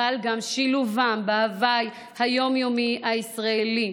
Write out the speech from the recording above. אבל גם לשלבם בהוויי היום-יומי הישראלי.